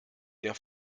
der